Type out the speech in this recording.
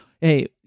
Hey